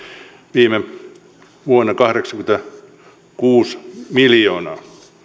viime vuonna kahdeksankymmentäkuusi miljoonaa